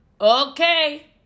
okay